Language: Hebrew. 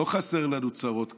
לא חסר לנו צרות כאן,